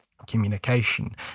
communication